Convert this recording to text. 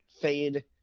fade